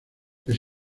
les